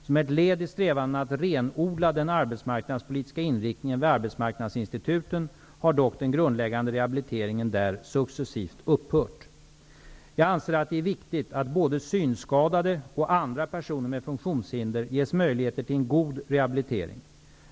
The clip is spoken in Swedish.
Som ett led i strävandena att renodla den arbetsmarknadspolitiska inriktningen vid arbetsmarknadsinstituten har dock den grundläggande rehabiliteringen där successivt upphört. Jag anser att det är viktigt att både synskadade och andra personer med funktionshinder ges möjligheter till en god rehabilitering.